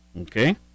Okay